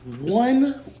One